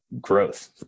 growth